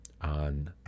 on